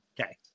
Okay